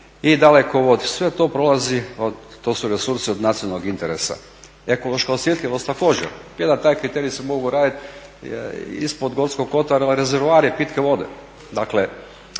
i dalekovod sve to prolazi, to su resursi od nacionalnog interesa. Ekološka osjetljivost također. … da taj kriterij mogu raditi ispod Gorskog Kotara je rezervoar je pitke vode, dakle